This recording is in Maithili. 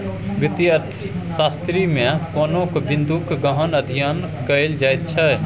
वित्तीय अर्थशास्त्रमे कोनो बिंदूक गहन अध्ययन कएल जाइत छै